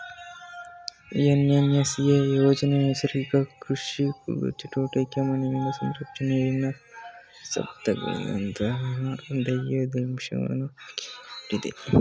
NMSA ಯೋಜನೆ ನೈಸರ್ಗಿಕ ಕೃಷಿ ಚಟುವಟಿಕೆ, ಮಣ್ಣಿನ ಸಂರಕ್ಷಣೆ, ನೀರಿನ ಸದ್ಬಳಕೆಯಂತ ಧ್ಯೇಯೋದ್ದೇಶಗಳನ್ನು ಹಾಕಿಕೊಂಡಿದೆ